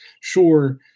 sure